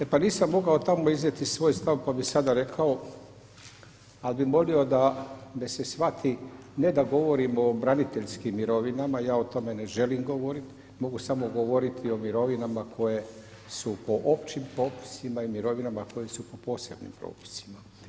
E pa nisam mogao tamo iznijeti svoj stav pa bih sada rekao, ali bi molio da se shvati ne da govorim o braniteljskim mirovinama, ja o tome ne želim govoriti, mogu samo govoriti o mirovinama koje su po općim propisima i mirovinama koje su po posebnim propisima.